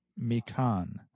mikan